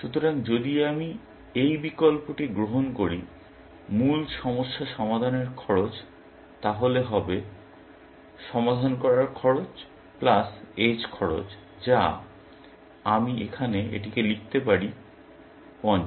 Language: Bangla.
সুতরাং যদি আমি এই বিকল্পটি গ্রহণ করি মূল সমস্যা সমাধানের খরচ তাহলে হবে সমাধান করার খরচ প্লাস এজ খরচ যা আমি এখানে এটিকে লিখতে পারি 50